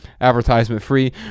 advertisement-free